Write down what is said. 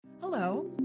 Hello